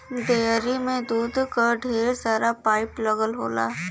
dairy में दूध क ढेर सारा पाइप लगल होला